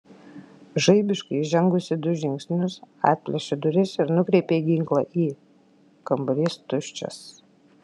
žaibiškai žengusi du žingsnius atplėšė duris ir nukreipė ginklą į kambarys tuščias